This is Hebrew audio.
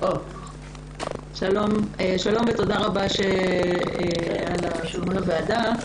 שלום ותודה רבה על הזימון לוועדה.